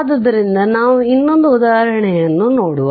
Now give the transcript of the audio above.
ಆದ್ದರಿಂದ ನಾವು ಇನ್ನೊಂದು ಉದಾಹರಣೆಯನ್ನು ನೋಡುವ